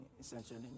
Essentially